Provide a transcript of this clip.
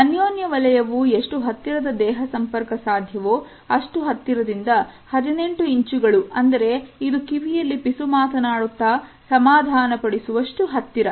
ಅನ್ಯೋನ್ಯ ವಲಯವು ಎಷ್ಟು ಹತ್ತಿರದ ದೇಹ ಸಂಪರ್ಕ ಸಾಧ್ಯವೋ ಅಷ್ಟು ಹತ್ತಿರದಿಂದ 18 ಇಂಚುಗಳು ಅಂದರೆ ಇದು ಕಿವಿಯಲ್ಲಿ ಪಿಸು ಮಾತನಾಡುತ್ತಾ ಸಮಾಧಾನಪಡಿಸುವ ಷ್ಟು ಹತ್ತಿರ